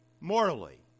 morally